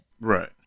Right